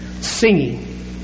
singing